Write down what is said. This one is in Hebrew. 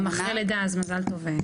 גם אחרי לידה, אז מזל טוב.